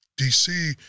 DC